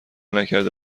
نکرده